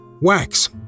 Wax